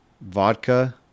vodka